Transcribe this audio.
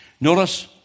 Notice